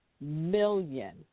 million